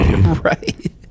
Right